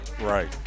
Right